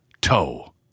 toe